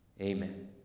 Amen